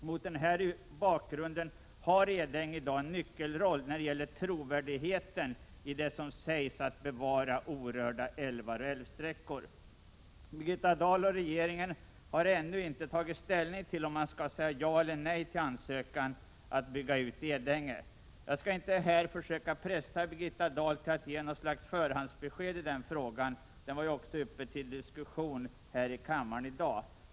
Mot den bakgrunden har Edänge i dag en nyckelroll när det gäller trovärdigheten i det som sägs om ett bevarande av orörda älvar och älvsträckor. Birgitta Dahl och regeringen har ännu inte tagit ställning till om man skall säga ja eller nej till ansökan om att få bygga ut Edänge. Jag skall inte här försöka pressa Birgitta Dahl att ge något slags förhandsbesked i den frågan. Den var ju för övrigt uppe till diskussion här i kammaren tidigare i dag.